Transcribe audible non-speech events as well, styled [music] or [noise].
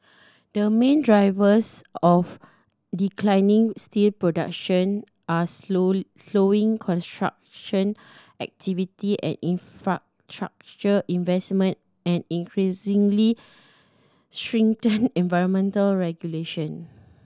the main drivers of declining steel production are slowly slowing construction activity and infrastructure investment and increasingly stringent [noise] environmental regulation